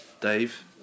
Dave